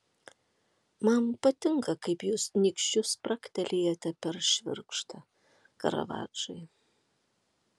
man patinka kaip jūs nykščiu spragtelėjate per švirkštą karavadžai